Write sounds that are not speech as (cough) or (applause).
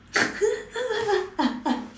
(laughs)